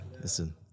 Listen